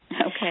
Okay